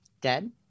Dead